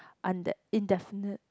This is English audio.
und~ indefinite